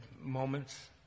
moments